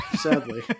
Sadly